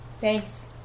Thanks